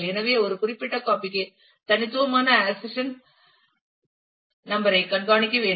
எனவே ஒரு குறிப்பிட்ட காபிக்கு தனித்துவமான அந்த ஆக்சஷன் நம்பர் ஐ கண்காணிக்க வேண்டும்